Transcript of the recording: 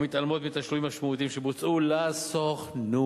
ומתעלמות מתשלומים משמעותיים שבוצעו לסוכנות.